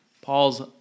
Paul's